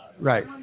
Right